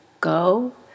Go